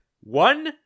One